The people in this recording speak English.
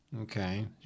Okay